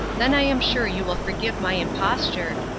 then i am sure you will forgive my imposture,